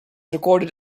recorded